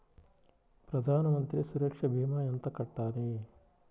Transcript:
ప్రధాన మంత్రి సురక్ష భీమా ఎంత కట్టాలి?